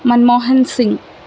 Manmohan Singh